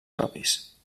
propis